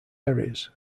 areas